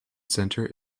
centre